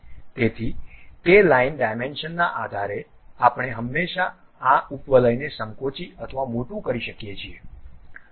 તેથી તે લાઇન ડાયમેન્શનના આધારે આપણે હંમેશાં આ ઉપવલયને સંકોચિં અથવા મોટું કરી શકીએ છીએ